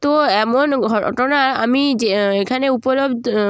তো এমন ঘটনা আমি যে এখানে উপলব্ধ